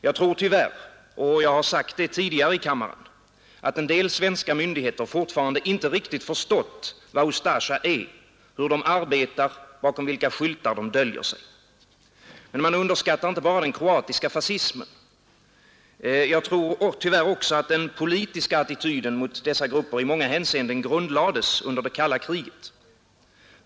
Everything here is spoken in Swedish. Jag tror tyvärr — jag har sagt det tidigare i kammaren — att en del svenska myndigheter fortfarande inte riktigt förstått vad Ustasja är, hur medlemmarna arbetar, bakom vilka skyltar de döljer sig. Men man underskattar inte bara den kroatiska fascismen. Jag tror tyvärr också, att den politiska attityden mot dessa grupper i många hänseenden grundlades under det kalla kriget.